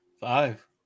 Five